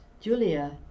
Julia